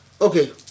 Okay